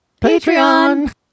Patreon